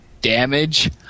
damage